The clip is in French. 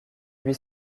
huit